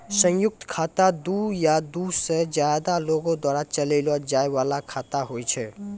संयुक्त खाता दु या दु से ज्यादे लोगो द्वारा चलैलो जाय बाला खाता होय छै